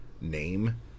name